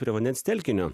prie vandens telkinio